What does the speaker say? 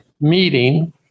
meeting